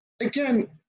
again